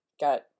got